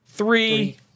three